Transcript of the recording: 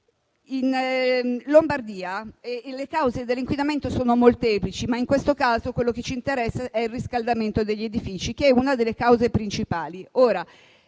In Lombardia le cause dell'inquinamento sono molteplici, ma in questo caso quello che ci interessa è il riscaldamento degli edifici, che è una delle cause principali,